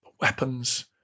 weapons